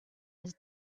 his